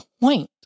point